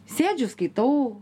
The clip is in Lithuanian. sėdžiu skaitau